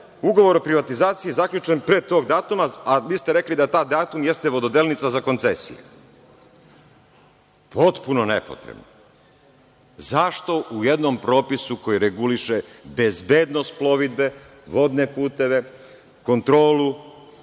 ugovor o privatizaciji zaključen pre tog datuma, a vi ste rekli da taj datum jeste vododelnica za koncesiju. Potpuno nepotrebno. Zašto u jednom propisu koji reguliše bezbednost plovidbe, vodne puteve, kontrolu,